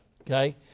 Okay